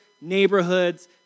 neighborhoods